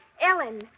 Ellen